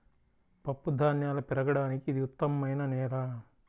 పప్పుధాన్యాలు పెరగడానికి ఇది ఉత్తమమైన నేల